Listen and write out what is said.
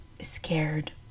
scared